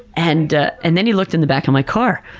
and ah and then he looked in the back of my car.